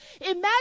imagine